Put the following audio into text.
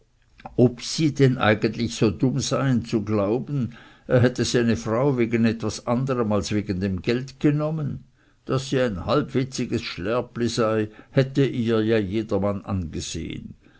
ob sie denn eigentlich so dumm seien zu glauben er hätte seine frau wegen etwas anderem als wegem geld genommen daß sie ein halbwitzigen schlärpli sei hätte ihr ja jedermann angesehen